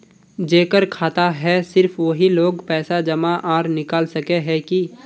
जेकर खाता है सिर्फ वही लोग पैसा जमा आर निकाल सके है की?